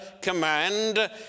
command